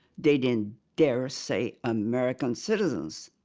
they didn't dare say american citizens.